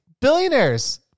Billionaires